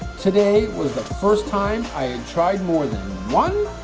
today was the first time i had tried more than one